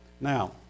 Now